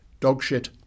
Dogshit